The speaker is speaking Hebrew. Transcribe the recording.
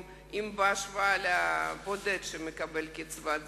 בהשוואה לבודד שמקבל קצבת זיקנה.